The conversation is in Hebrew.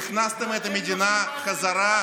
אתה אישרת 50 מיליון לבנט